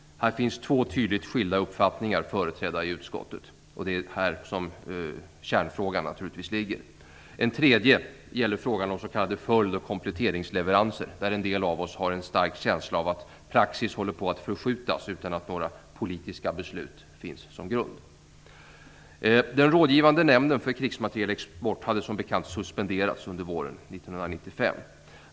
Här finns två tydligt skilda uppfattningar företrädda i utskottet, och det är naturligtvis här som kärnfrågan ligger. En tredje gäller frågan om s.k. följd och kompletteringsleveranser, där en del av oss har en stark känsla av att praxis håller på att förskjutas utan att några politiska beslut finns som grund. Den rådgivande nämnden för krigsmaterielexport hade som bekant suspenderats under våren 1995.